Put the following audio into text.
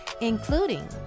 including